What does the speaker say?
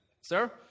Sir